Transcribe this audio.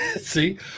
See